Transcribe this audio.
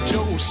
Joe